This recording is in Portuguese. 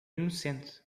inocente